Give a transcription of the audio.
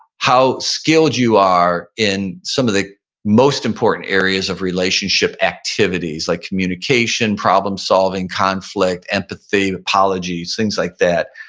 how skilled you are in some of the most important areas of relationship activities like communication, problem solving, conflict, empathy, apologies, things like that.